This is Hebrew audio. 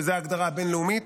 זו ההגדרה הבין-לאומית,